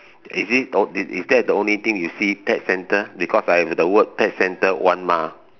is it on is is that the only thing you see pet centre because I have the word pet centre one mile